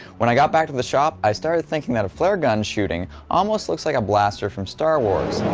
when i get back to the shop, i started thinking that a flare gun shooting almost looks like a blaster from star wars.